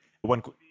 One